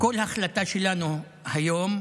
כל החלטה שלנו היום,